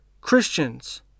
Christians